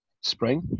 spring